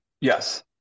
yes